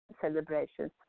celebrations